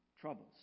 troubles